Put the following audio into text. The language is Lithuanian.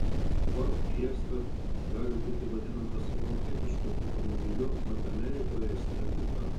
ford fiesta gali būti vadinamas europietišku automobiliu mat amerikoje jis nepritapo